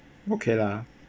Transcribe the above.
okay lah